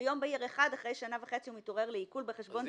ויום בהיר אחד הוא מתעורר לעיקול בחשבון.